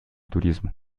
turismo